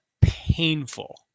painful